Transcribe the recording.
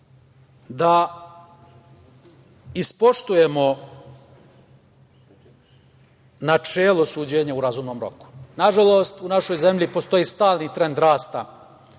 da ispoštujemo načelo suđenja u razumnom roku. Nažalost, u našoj zemlji postoji stalni trend rasta